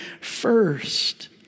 first